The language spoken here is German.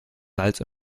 salz